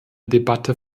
debatte